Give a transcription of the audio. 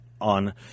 on